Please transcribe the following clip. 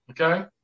Okay